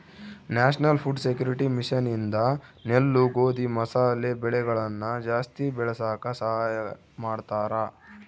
national food security mission ಇಂದ ನೆಲ್ಲು ಗೋಧಿ ಮಸಾಲೆ ಬೆಳೆಗಳನ ಜಾಸ್ತಿ ಬೆಳಸಾಕ ಸಹಾಯ ಮಾಡ್ತಾರ